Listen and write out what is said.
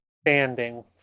standing